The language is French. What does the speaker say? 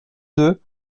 deux